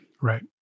Right